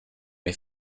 way